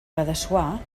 guadassuar